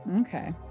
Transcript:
Okay